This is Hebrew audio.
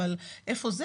אבל איפה זה,